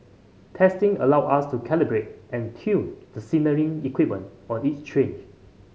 testing allows us to calibrate and tune the signalling equipment on each